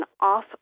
off